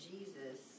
Jesus